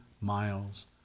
miles